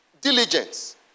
diligence